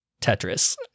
Tetris